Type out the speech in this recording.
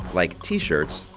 like t-shirts,